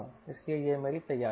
इसलिए यह मेरी तैयारी है